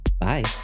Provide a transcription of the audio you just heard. bye